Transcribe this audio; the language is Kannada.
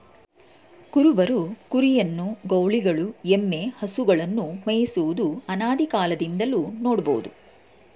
ಕುರುಬರು ಕುರಿಯನ್ನು, ಗೌಳಿಗಳು ಎಮ್ಮೆ, ಹಸುಗಳನ್ನು ಮೇಯಿಸುವುದು ಅನಾದಿಕಾಲದಿಂದಲೂ ನೋಡ್ಬೋದು